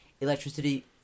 electricity